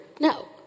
No